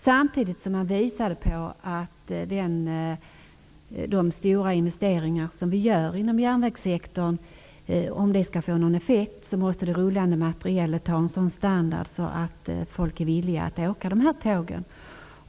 Man visade också på att de stora investeringar som görs inom järnvägssektorn på det rullande materielet måste vara av sådan standard att folk är villiga att åka dessa tåg.